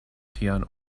tian